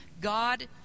God